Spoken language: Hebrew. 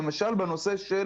למשל בנושא של